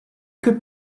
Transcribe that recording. could